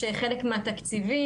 יש חלק מהתקציבים,